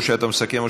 או שאתה מסכם,